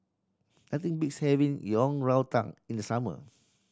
nothing beats having Yang Rou Tang in the summer